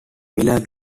miller